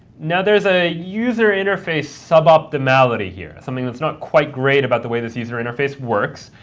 now there's a user interface suboptimality here, something that's not quite great about the way this user interface works.